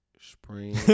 spring